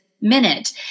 minute